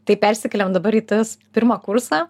tai persikeliam dabar į tas pirmą kursą